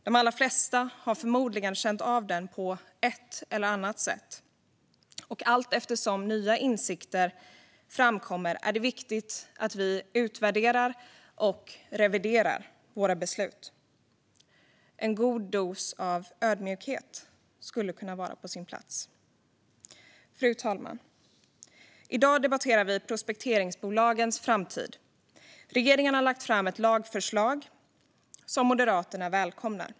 De allra flesta har förmodligen känt av den på ett eller annat sätt, och allteftersom nya insikter framkommer är det viktigt att vi utvärderar och reviderar våra beslut. En god dos ödmjukhet skulle kunna vara på sin plats. Fru talman! I dag debatterar vi prospekteringsbolagens framtid. Regeringen har lagt fram ett lagförslag som Moderaterna välkomnar.